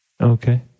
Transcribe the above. Okay